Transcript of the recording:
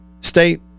state